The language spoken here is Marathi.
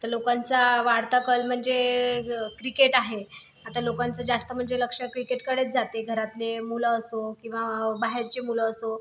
तर लोकांचा वाढता कल म्हणजे क्रिकेट आहे आता लोकांचं जास्त म्हणजे लक्ष क्रिकेटकडेच जाते घरातले मुलं असो किंवा बाहेरचे मुलं असो